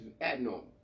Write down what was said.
abnormal